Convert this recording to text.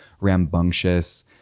rambunctious